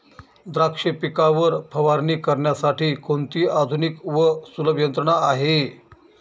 द्राक्ष पिकावर फवारणी करण्यासाठी कोणती आधुनिक व सुलभ यंत्रणा आहे?